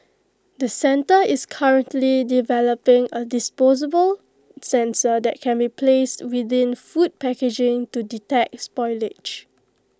the centre is currently developing A disposable sensor that can be placed within food packaging to detect spoilage